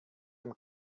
dem